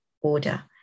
order